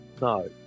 no